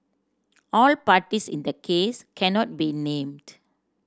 all parties in the case cannot be named